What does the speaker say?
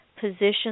position